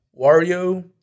Wario